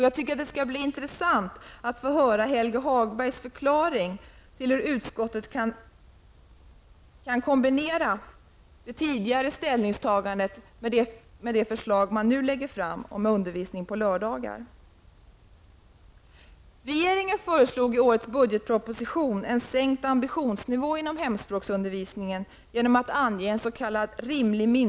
Jag tycker att det skall bli intressant att få höra Helge Hagbergs förklaring till hur utskottet kan kombinera det tidigare ställningstagandet med det förslag om undervisning på lördagar som det nu lägger fram.